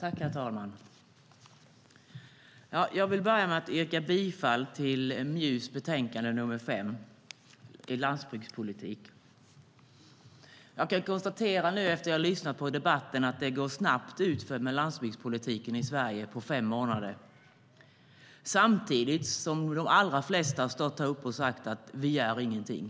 Herr talman! Jag vill börja med att yrka bifall till förslaget i miljö och jordbruksutskottets betänkande 5, LandsbygdspolitikEfter att ha lyssnat på debatten kan jag konstatera att det går snabbt utför med landsbygdspolitiken i Sverige på fem månader, samtidigt som de allra flesta har stått här och sagt att vi gör ingenting.